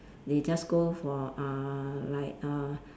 they just go for uh like uh